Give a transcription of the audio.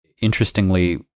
interestingly